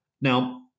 Now